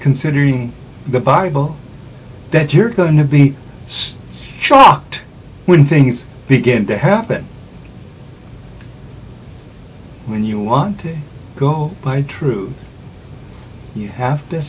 considering the bible that you're going to be shocked when things begin to happen when you want to go by truth you have t